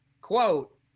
quote